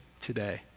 today